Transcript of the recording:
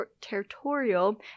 territorial